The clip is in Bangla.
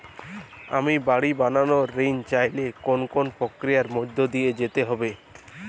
আমি বাড়ি বানানোর ঋণ চাইলে কোন কোন প্রক্রিয়ার মধ্যে দিয়ে যেতে হবে?